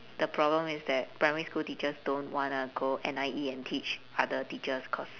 the problem is that primary school teachers don't wanna go N_I_E and teach other teachers cause